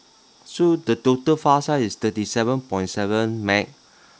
so the total file size is thirty seven point seven meg~